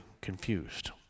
confused